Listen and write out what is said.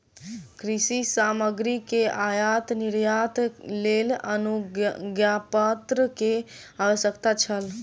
कृषि सामग्री के आयात निर्यातक लेल अनुज्ञापत्र के आवश्यकता छल